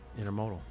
intermodal